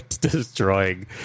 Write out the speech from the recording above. destroying